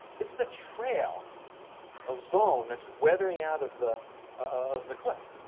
this is a trail of bone that's weathering out of the of the cliff.